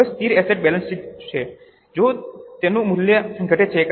હવે સ્થિર asset balance શીટમાં છે જો તેનું મૂલ્ય ઘટે છે